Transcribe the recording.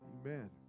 Amen